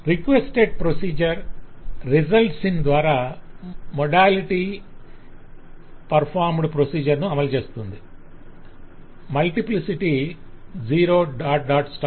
requested procedure 'results in' ద్వారా modality performed procedure ను అమలుచేస్తుంది మల్టిప్లిసిటీ 0